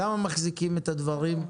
למה מחזיקים את הדברים?